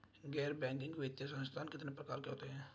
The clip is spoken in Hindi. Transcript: गैर बैंकिंग वित्तीय संस्थान कितने प्रकार के होते हैं?